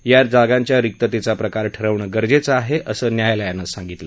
या जागांच्या रिक्ततेचा प्रकार ठरवणं गरजेचं आहे असं न्यायालयानं सांगितलं